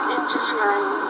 interfering